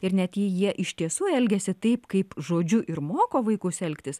ir net jei jie iš tiesų elgiasi taip kaip žodžiu ir moko vaikus elgtis